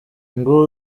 ngo